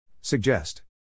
Suggest